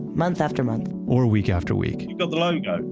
month after month. or week after week. you got the logo,